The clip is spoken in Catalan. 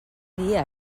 dia